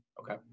Okay